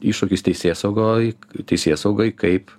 iššūkis teisėsaugoj teisėsaugai kaip